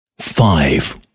five